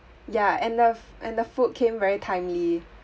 ya and the f~ and the food came very timely